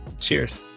cheers